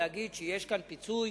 להגיד שיש כאן פיצוי